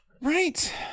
Right